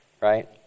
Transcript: right